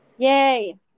Yay